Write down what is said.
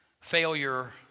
failure